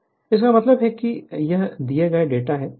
Refer Slide Time 2037 इसका मतलब है ये दिए गए डेटा हैं